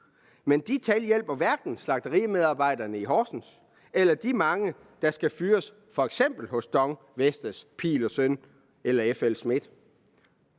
Men de tal hjælper hverken slagterimedarbejderne i Horsens eller de mange, der skal fyres hos f.eks. DONG Energy, Vestas, E. Pihl & Søn eller FLSmidth.